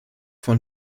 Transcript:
von